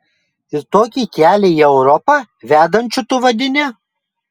ir tokį kelią į europą vedančiu tu vadini